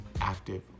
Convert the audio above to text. active